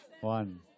One